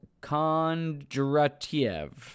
Kondratiev